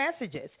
messages